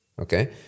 Okay